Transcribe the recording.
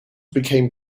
became